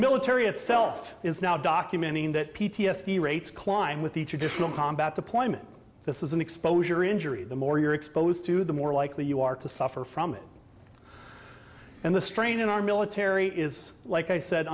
military itself is now documenting that p t s d rates climb with each additional combat deployment this is an exposure injury the more you're exposed to the more likely you are to suffer from it and the strain on our military is like i said